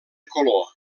color